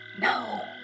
No